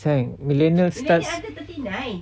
sayang millennials starts